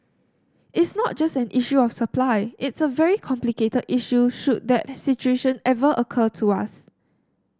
it's not just an issue of supply it's a very complicated issue should that situation ever occur to us